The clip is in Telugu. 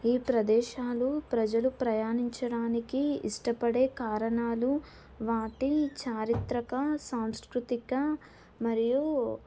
ఈ ప్రదేశాలు ప్రజలు ప్రయాణించడానికి ఇష్టపడే కారణాలు వాటి చారిత్రక సాంస్కృతిక మరియు